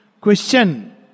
question